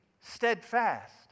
steadfast